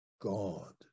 God